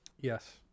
yes